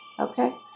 okay